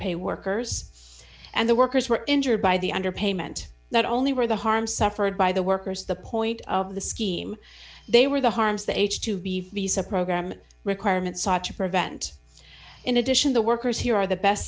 underpay workers and the workers were injured by the underpayment not only were the harm suffered by the workers the point of the scheme they were the harms the h two b fisa program requirements to prevent in addition the workers here are the best